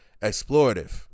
explorative